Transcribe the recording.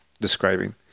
describing